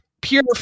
pure